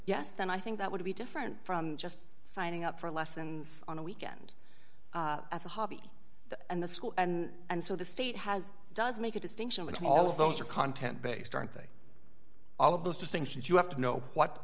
yes then i think that would be different from just signing up for lessons on a weekend as a hobby and the school and so the state has does make a distinction between all of those are content based aren't they all of those distinctions you have to know what